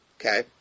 Okay